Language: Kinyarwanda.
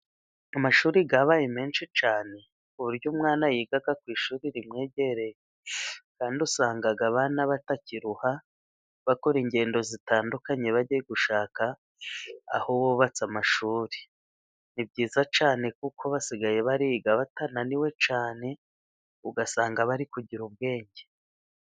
Amashuri yabaye menshi cyane, uburyo umwana yiga ku ishuri rimwegereye. Kandi usanga abana batakiruha bakora ingendo zitandukanye bagiye gushaka aho bubatse amashuri. Ni byiza cyane kuko basigaye biga batananiwe cyane ugasanga bari kugira ubwenge.